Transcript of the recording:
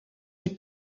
des